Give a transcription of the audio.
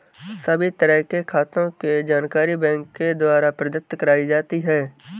सभी तरह के खातों के जानकारी बैंक के द्वारा प्रदत्त कराई जाती है